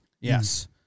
Yes